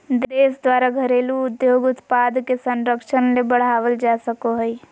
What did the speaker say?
देश द्वारा घरेलू उद्योग उत्पाद के संरक्षण ले बढ़ावल जा सको हइ